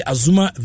Azuma